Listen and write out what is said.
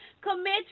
Commit